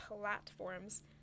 platforms